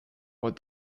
what